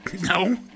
No